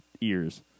ears